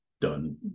done